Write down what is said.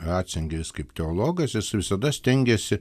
ratzingeris kaip teologas jis visada stengėsi